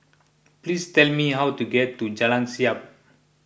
please tell me how to get to Jalan Siap